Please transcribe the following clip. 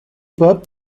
pop